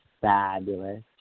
fabulous